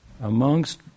Amongst